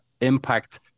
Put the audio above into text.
impact